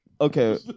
Okay